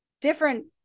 different